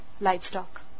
livestock